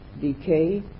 decay